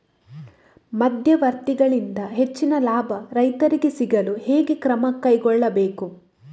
ಮಧ್ಯವರ್ತಿಗಳಿಂದ ಹೆಚ್ಚಿನ ಲಾಭ ರೈತರಿಗೆ ಸಿಗಲು ಹೇಗೆ ಕ್ರಮ ಕೈಗೊಳ್ಳಬೇಕು?